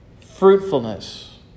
fruitfulness